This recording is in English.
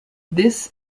this